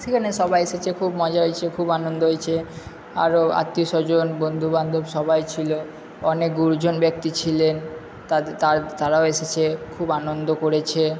সেখানে সবাই এসেছে খুব মজা হয়েছে খুব আনন্দ হয়েছে আরো আত্মীয় স্বজন বন্ধুবান্ধব সবাই ছিলো অনেক গুরুজন ব্যক্তি ছিলেন তারাও এসেছে খুব আনন্দ করেছে